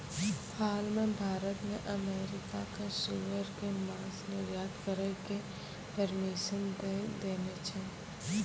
हाल मॅ भारत न अमेरिका कॅ सूअर के मांस निर्यात करै के परमिशन दै देने छै